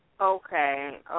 Okay